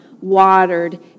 watered